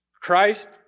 Christ